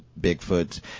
bigfoot